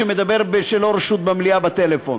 שמדבר בלא רשות במליאה בטלפון,